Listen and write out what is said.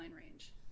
range